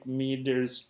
meters